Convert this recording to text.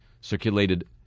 circulated